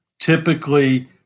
Typically